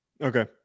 Okay